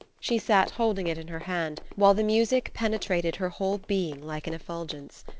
she sat holding it in her hand, while the music penetrated her whole being like an effulgence,